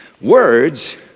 words